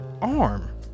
arm